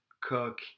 Cook